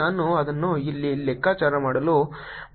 ನಾನು ಅದನ್ನು ಎಲ್ಲಿ ಲೆಕ್ಕಾಚಾರ ಮಾಡಲು ಬಯಸುತ್ತೇನೆ